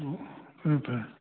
ꯑꯣ ꯎꯝ ꯐꯔꯦ